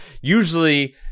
Usually